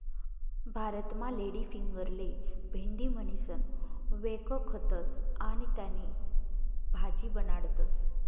भारतमा लेडीफिंगरले भेंडी म्हणीसण व्यकखतस आणि त्यानी भाजी बनाडतस